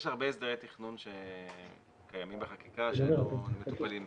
יש הרבה הסדרי תכנון שקיימים בחקיקה שלא מטופלים כאן.